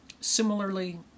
Similarly